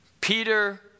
Peter